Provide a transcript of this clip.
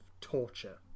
torture